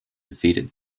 defeated